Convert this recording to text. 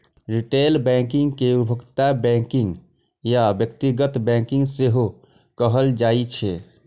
retail banking कें उपभोक्ता banking या व्यक्तिगत बैंकिंग सेहो कहल जाइ छै